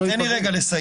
תנו לי לסיים.